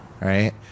Right